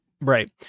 Right